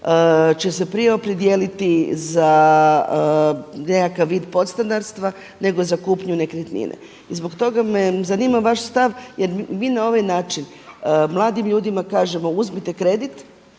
će se prije opredijeliti za nekakav vid podstanarstva nego za kupnju nekretnine. I zbog toga me zanima vaš stav jer mi na ovaj način mladim ljudima kažemo uzmite kredit,